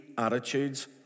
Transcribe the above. attitudes